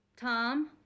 Tom